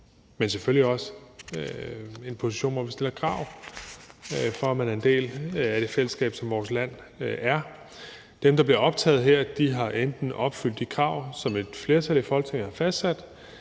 men selvfølgelig også en position, hvor vi stiller krav til, at man er en del af det fællesskab, som vores land er. Dem, der bliver optaget her, har enten opfyldt de krav, som et flertal i Folketinget har fastsat,